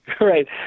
Right